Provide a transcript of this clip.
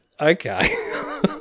okay